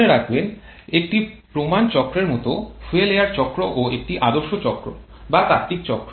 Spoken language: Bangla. মনেরাখবেন একটি প্রমাণ চক্রের মত ফুয়েল এয়ার চক্র ও একটি আদর্শ চক্র বা তাত্ত্বিক চক্র